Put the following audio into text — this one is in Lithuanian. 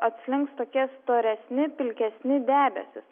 atslinks tokie storesni pilkesni debesys